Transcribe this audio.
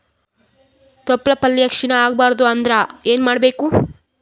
ತೊಪ್ಲಪಲ್ಯ ಕ್ಷೀಣ ಆಗಬಾರದು ಅಂದ್ರ ಏನ ಮಾಡಬೇಕು?